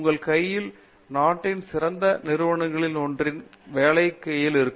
உங்கள் கையில் நாட்டில் சிறந்த நிறுவனங்களில் ஒன்றின் நல்ல வேலை இருக்கும்